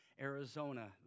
Arizona